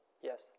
Yes